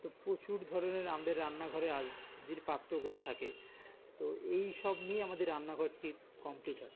তো প্রচুর ধরনের আমাদের রান্নাঘরে আর যে পাত্রগুলো থাকে তো এই সব নিয়ে আমাদের রান্নাঘরটি কমপ্লিট হয়